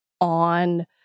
on